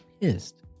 pissed